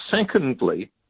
secondly